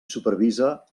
supervisa